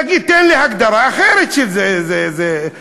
תן לי הגדרה אחרת של הדבר.